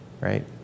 Right